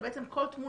זה בביצוע פיקוח,